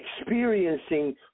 experiencing